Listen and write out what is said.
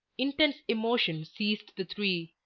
intense emotion seized the three.